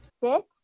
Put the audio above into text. sit